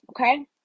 Okay